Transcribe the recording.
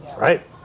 Right